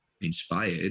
inspired